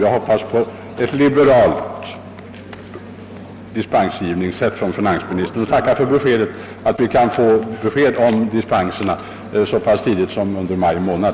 Jag hoppas på ett liberalt dispensgivande och tackar för uppgiften att vi kan få besked om dispenserna så tidigt som under maj månad.